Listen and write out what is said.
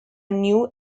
new